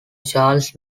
charles